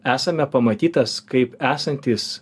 esame pamatytas kaip esantys